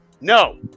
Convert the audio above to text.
No